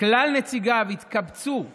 שכלל נציגיו התקבצו לומר: